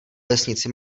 vesnici